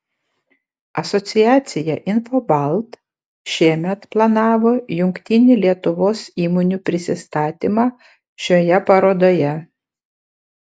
asociacija infobalt šiemet planavo jungtinį lietuvos įmonių prisistatymą šioje parodoje